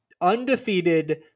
undefeated